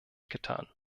getan